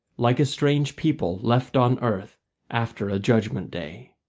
like a strange people left on earth after a judgment day.